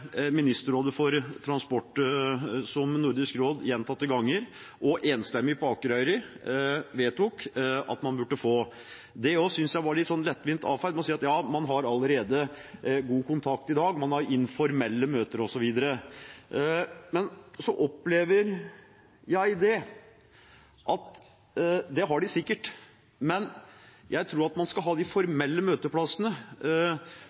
Ministerrådet for transport, som Nordisk råd gjentatte ganger og enstemmig på Akureyri vedtok at man burde få: Det synes jeg også ble litt lettvint avfeid ved å si at man allerede har god kontakt i dag, man har informelle møter, osv. Det har de sikkert, men jeg tror man skal ha de